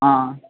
ஆ